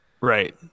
right